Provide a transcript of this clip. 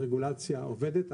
הרגולציה עובדת,